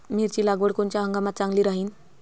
मिरची लागवड कोनच्या हंगामात चांगली राहीन?